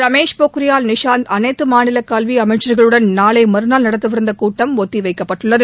ரமேஷ் பொக்ரியால் நிஷாந்த் அனைத்து மாநில கல்வி அமைச்சர்களுடன் நாளை மறுநாள் நடத்தவிருந்த கூட்டம் ஒத்தி வைக்கப்பட்டுள்ளது